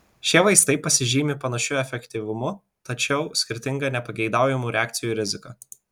šie vaistai pasižymi panašiu efektyvumu tačiau skirtinga nepageidaujamų reakcijų rizika